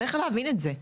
צריך להבין את זה.